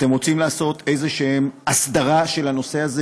אתם רוצים לעשות איזושהי הסדרה של הנושא הזה?